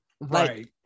Right